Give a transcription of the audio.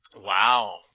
Wow